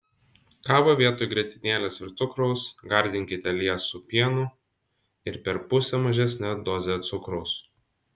kavą vietoj grietinėlės ir cukraus gardinkite liesu pienu ir per pusę mažesne doze cukraus